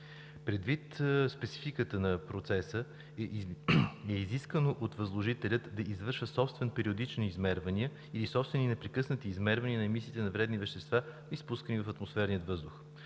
Предвид спецификата на процеса е изискано от възложителя да извършва собствени периодични измервания или собствени непрекъснати измервания на емисиите на вредни вещества, изпускани в атмосферния въздух.